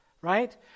right